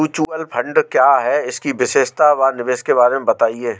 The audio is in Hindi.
म्यूचुअल फंड क्या है इसकी विशेषता व निवेश के बारे में बताइये?